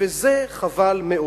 וזה חבל מאוד.